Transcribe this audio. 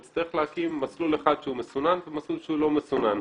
יצטרך להקים מסלול אחד שהוא מסונן ומסלול שהוא לא מסונן.